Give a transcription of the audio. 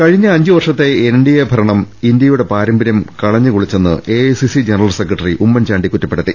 കഴിഞ്ഞ അഞ്ച് വർഷത്തെ എൻഡിഎ ഭരണം ഇന്തൃയുടെ പാര മ്പരൃം കളഞ്ഞുകുളിച്ചെന്ന് എഐസിസി ജനറൽ സെക്രട്ടറി ഉമ്മൻചാണ്ടി കുറ്റപ്പെടുത്തി